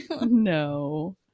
No